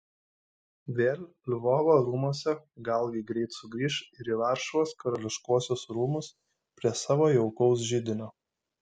vėl lvovo rūmuose galgi greit sugrįš ir į varšuvos karališkuosius rūmus prie savo jaukaus židinio